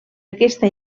aquesta